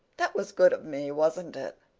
that was good of me, wasn't it?